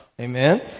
Amen